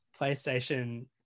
PlayStation